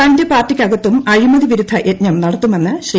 തന്റെ പാർട്ടിക്കകത്തുംഅഴിമതി വിരുദ്ധ യജ്ഞം നടത്തുമെന്ന് ശ്രീ